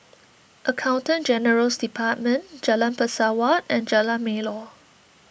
Accountant General's Department Jalan Pesawat and Jalan Melor